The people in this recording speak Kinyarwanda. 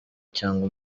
cyangwa